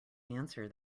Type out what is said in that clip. answer